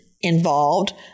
involved